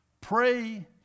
Pray